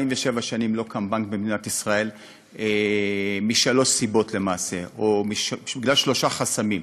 47 שנים לא קם בנק בישראל משלוש סיבות או בגלל שלושה חסמים: